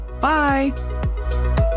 Bye